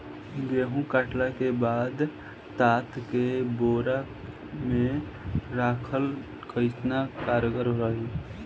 गेंहू कटला के बाद तात के बोरा मे राखल केतना कारगर रही?